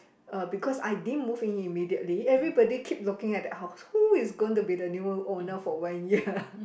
uh because I didn't move in immediately everybody keep looking at that house who is gonna to be the new owner for one year